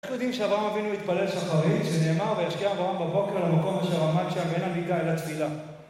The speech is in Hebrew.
אנחנו יודעים שאברהם אבינו התפלל שחרית, שנאמר, וישכם אברהם בבוקר למקום אשר עמד שם, אל הרינה ואל התפילה.